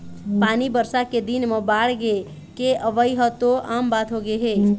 पानी बरसा के दिन म बाड़गे के अवइ ह तो आम बात होगे हे